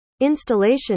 installation